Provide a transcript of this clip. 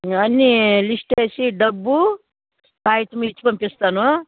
ఇవి అన్నీ లిస్ట్ వేసి డబ్బు కాగితం ఇచ్చి పంపిస్తాను